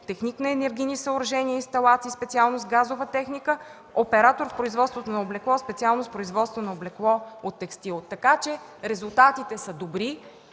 техник на енергийни съоръжения и инсталации, специалност „Газова техника”, оператор в производството на облекло, специалност „Производство на облекло от текстил”, така че резултатите са добри.